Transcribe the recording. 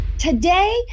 Today